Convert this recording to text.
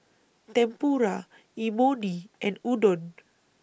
Tempura Imoni and Udon